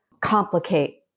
complicate